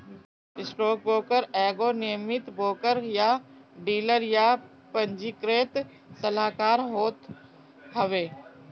stockbroker एगो नियमित broker या डीलर या पंजीकृत सलाहकार होत हवे